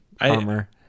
armor